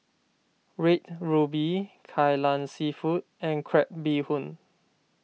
Red Ruby Kai Lan Seafood and Crab Bee Hoon